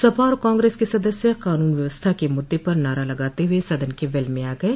सपा और कांग्रेस के सदस्य कानून व्यवस्था के मुद्दे पर नारा लगाते हुए सदन के वेल में आ गये